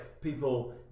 people